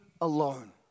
alone